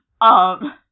Um-